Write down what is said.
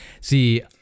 See